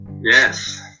Yes